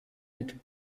mit